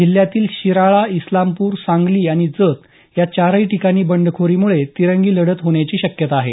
जिल्ह्यातील शिराळा इस्लामपूर सांगली आणि जत या चारही ठिकाणी बंडखोरीमुळे तिरंगी लढत होण्याची शक्यता आहे